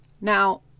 Now